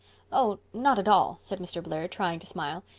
oh, not at all said mr. blair, trying to smile.